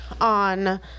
on